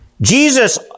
Jesus